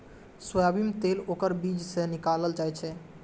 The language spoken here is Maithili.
सोयाबीन तेल ओकर बीज सं निकालल जाइ छै